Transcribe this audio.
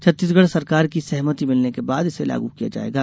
छत्तीसगढ़ सरकार की सहमति मिलने के बाद इसे लागू किया जाएगा